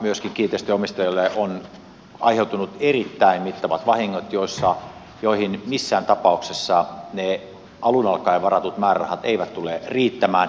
myöskin kiinteistöjen omistajille on aiheutunut erittäin mittavat vahingot joihin missään tapauksessa ne alun alkaen varatut määrärahat eivät tule riittämään